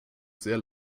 sehr